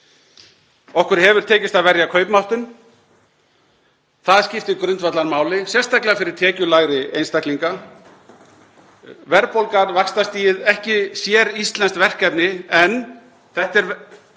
Okkur hefur tekist að verja kaupmáttinn. Það skiptir grundvallarmáli, sérstaklega fyrir tekjulægri einstaklinga. Verðbólgan, vaxtastigið — ekki séríslenskt verkefni, en þetta ástand